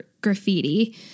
graffiti